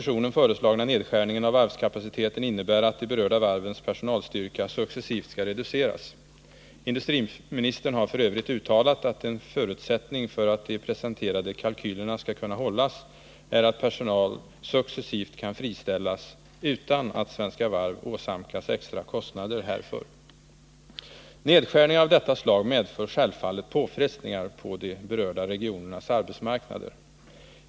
innebär att de berörda varvens personalstyrka successivt skall reduceras. Nr 164 Industriministern har f. ö. uttalat att en förutsättning för att de presenterade kalkylerna skall kunna hållas är att personal successivt kan friställas utan att Svenska Varv åsamkas extra kostnader härför. Nedskärningar av detta slag medför självfallet påfrestningar på de berörda regionernas arbetsmarknader.